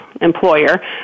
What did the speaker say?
employer